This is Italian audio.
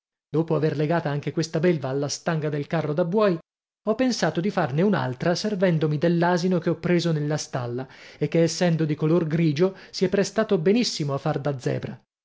dopo aver legata anche questa belva alla stanga del carro da buoi ho pensato di farne un'altra servendomi dell'asino che ho preso nella stalla e che essendo di color grigio si è prestato benissimo a far da zebra